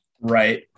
right